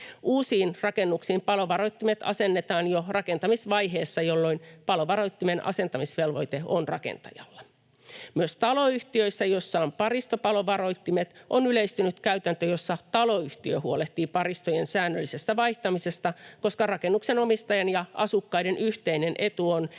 Uusiin rakennuksiin palovaroittimet asennetaan jo rakentamisvaiheessa, jolloin palovaroittimen asentamisvelvoite on rakentajalla. Myös taloyhtiöissä, joissa on paristopalovaroittimet, on yleistynyt käytäntö, jossa taloyhtiö huolehtii paristojen säännöllisestä vaihtamisesta, koska rakennuksen omistajan ja asukkaiden yhteinen etu on, että